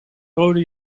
rode